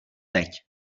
teď